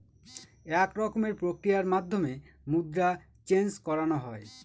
এক রকমের প্রক্রিয়ার মাধ্যমে মুদ্রা চেন্জ করানো হয়